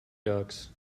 ducks